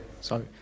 Sorry